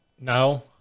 No